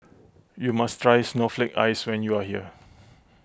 you must try Snowflake Ice when you are here